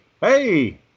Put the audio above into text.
Hey